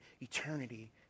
eternity